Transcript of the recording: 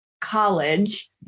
college